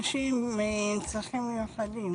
אנשים עם צרכים מיוחדים?